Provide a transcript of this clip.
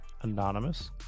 anonymous